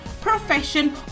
profession